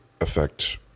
affect